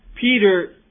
Peter